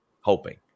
Hoping